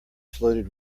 floated